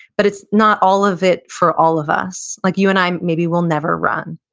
but it's not all of it for all of us. like, you and i maybe will never run,